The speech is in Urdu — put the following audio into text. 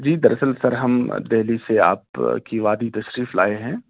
جی در اصل سر ہم دہلی سے آپ کی وادی تشریف لائے ہیں